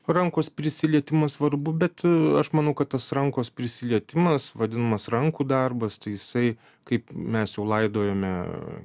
rankos prisilietimas svarbu bet aš manau kad tas rankos prisilietimas vadinamas rankų darbas tai jisai kaip mes jau laidojome